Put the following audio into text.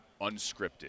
unscripted